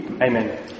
Amen